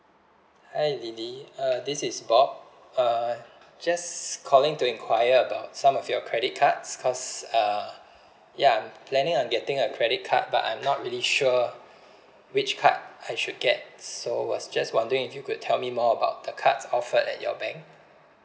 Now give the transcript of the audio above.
hi lily uh this is bob uh just calling to enquire about some of your credit cards cause uh ya I'm planning on getting a credit card but I'm not really sure which card I should get so was just wondering if you could tell me more about the cards offered at your bank